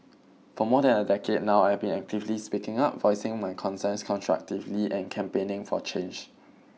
for more than a decade now I've been actively speaking up voicing my concerns constructively and campaigning for change